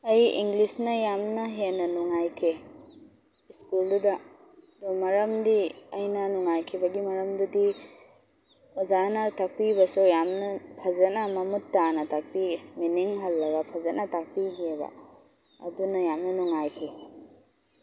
ꯑꯩ ꯏꯪꯂꯤꯁꯅ ꯌꯥꯝꯅ ꯍꯦꯟꯅ ꯅꯨꯡꯉꯥꯏꯈꯤ ꯁ꯭ꯀꯨꯜꯗꯨꯗ ꯑꯗꯣ ꯃꯔꯝꯗꯤ ꯑꯩꯅ ꯅꯨꯡꯉꯥꯏꯈꯤꯕꯒꯤ ꯃꯔꯝꯗꯨꯗꯤ ꯑꯣꯖꯥꯅ ꯇꯥꯛꯄꯤꯕꯁꯨ ꯌꯥꯝꯅ ꯐꯖꯅ ꯃꯃꯨꯠ ꯇꯥꯅ ꯇꯥꯛꯄꯤꯌꯦ ꯃꯤꯅꯤꯡ ꯍꯜꯂꯒ ꯐꯖꯅ ꯇꯥꯛꯄꯤꯈꯤꯑꯕ ꯑꯗꯨꯅ ꯌꯥꯝꯅ ꯅꯨꯡꯉꯥꯏꯈꯤ